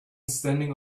standing